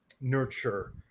nurture